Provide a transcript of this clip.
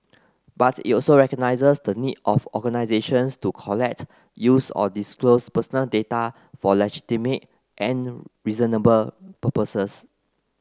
but it also recognises the needs of organisations to collect use or disclose personal data for legitimate and reasonable purposes